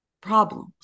problems